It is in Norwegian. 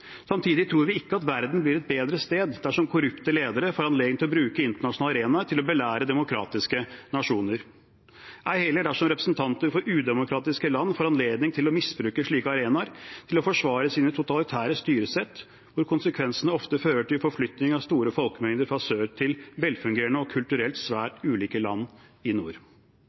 Samtidig tror vi ikke at verden blir et bedre sted dersom korrupte ledere får anledning til å bruke internasjonale arenaer til å belære demokratiske nasjoner, ei heller dersom representanter for udemokratiske land får anledning til å misbruke slike arenaer til å forsvare sine totalitære styresett, hvor konsekvensene ofte fører til forflytning av store folkemengder fra sør til velfungerende og kulturelt svært ulike land i nord.